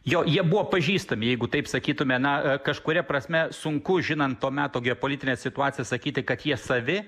jo jie buvo pažįstami jeigu taip sakytume na kažkuria prasme sunku žinant to meto geopolitinę situaciją sakyti kad jie savi